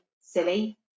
silly